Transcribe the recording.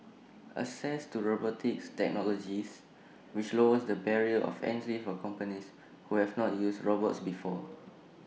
access to robotics technologies which lowers the barrier of entry for companies who have not used robots before